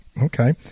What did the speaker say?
Okay